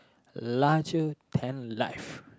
larger time life